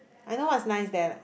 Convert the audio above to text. I know what nice there